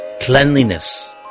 cleanliness